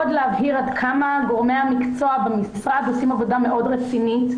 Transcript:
להבהיר עד כמה גורמי המקצוע במשרד עושים עבודה מאוד רצינית.